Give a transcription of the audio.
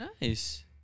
Nice